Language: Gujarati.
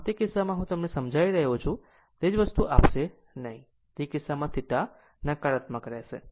આમ તે કિસ્સામાં હું તમને સમજાવી રહ્યો છું તે જ વસ્તુ આપશે નહીં તે કિસ્સામાં θ નકારાત્મક રહેશે